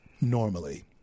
normally